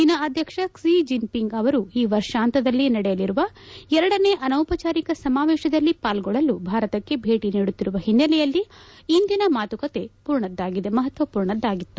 China ಅಧ್ಯಕ್ಷ Xi Jinping ಅವರು ಈ ವರ್ಷಾಂತ್ಯದಲ್ಲಿ ನಡೆಯಲಿರುವ ಎರಡನೆ ಅನೌಪಚಾರಿಕ ಸಮಾವೇಶದಲ್ಲಿ ಪಾಲ್ಗೊಳ್ಳಲು ಭಾರತಕ್ಕೆ ಭೇಟಿ ನೀಡುತ್ತಿರುವ ಹಿನ್ನೆಲೆಯಲ್ಲಿ ಹಿಂದಿನ ಮಾತುಕತೆ ಮಹತ್ನ ಪೂರ್ಣದ್ಗಾಗಿತ್ತು